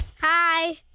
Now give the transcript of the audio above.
Hi